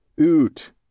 Oot